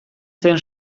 zen